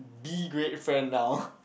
be a great friend now